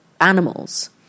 animals